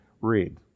read